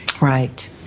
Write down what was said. Right